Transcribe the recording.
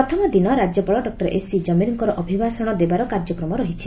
ପ୍ରଥମ ଦିନ ରାଜ୍ୟପାଳ ଡକୃର ଏସ୍ସି ଜମିରଙ୍କର ଅଭିଭାଷଣ ଦେବାର କାର୍ଯ୍ୟକ୍ରମ ରହିଛି